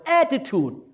attitude